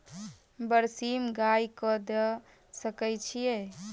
बरसीम गाय कऽ दऽ सकय छीयै?